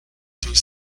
through